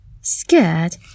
scared